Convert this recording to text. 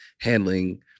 handling